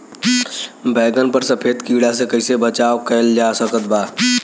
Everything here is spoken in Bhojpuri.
बैगन पर सफेद कीड़ा से कैसे बचाव कैल जा सकत बा?